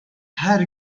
her